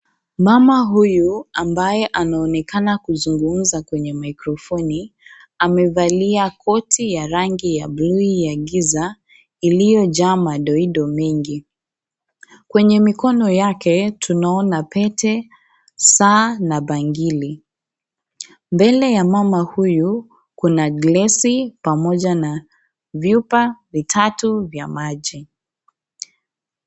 Mama huyu ambaye anaonekana kuzungumza kwenye mikrofoni amevalia koti ya rangi ya buluu ya giza iliyojaa madoido mengi ,kwenye mikono yake tunaona pete saa na bangili ,mbele ya mama huyu kuna glesi pamoja na vyupa vitatu vya maji.